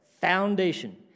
Foundation